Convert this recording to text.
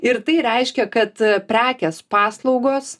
ir tai reiškia kad prekės paslaugos